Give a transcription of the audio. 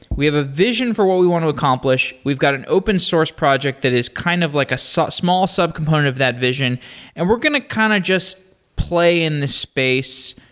we have a vision for what we want to accomplish. we've got an open source project that is kind of like a so small sub-component of that vision and we're going to kind of just play in the space,